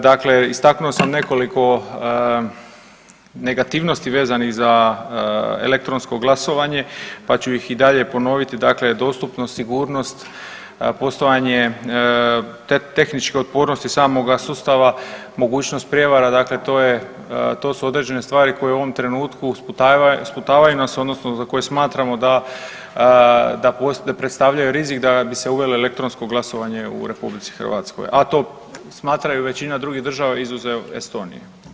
Dakle, istaknuo sam nekoliko negativnosti vezanih za elektronsko glasovanje pa ću ih i dalje ponoviti, dakle dostupnost, sigurnost, postojanje tehničke otpornosti samoga sustava, mogućnost prijevara dakle to su određene stvari koje u ovom trenutku sputavaju nas odnosno za koje smatramo da predstavljaju rizik da bi se uvelo elektronsko glasovanje u RH, a to smatraju i većina drugih država izuzev Estonije.